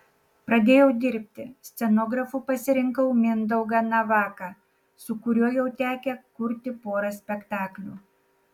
pradėjau dirbti scenografu pasirinkau mindaugą navaką su kuriuo jau tekę kurti porą spektaklių